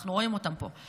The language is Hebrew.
אנחנו רואים אותם פה,